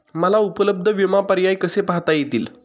मला उपलब्ध विमा पर्याय कसे पाहता येतील?